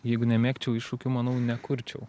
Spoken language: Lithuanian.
jeigu nemėgčiau iššūkių manau nekurčiau